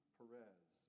Perez